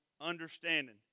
understanding